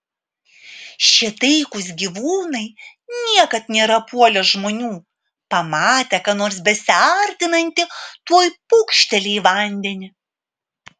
šie taikūs gyvūnai niekad nėra puolę žmonių pamatę ką nors besiartinantį tuoj pūkšteli į vandenį